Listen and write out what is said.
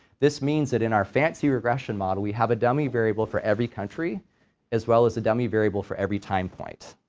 this means means that in our fancy regression model, we have a dummy variable for every country as well as a dummy variable for every time point,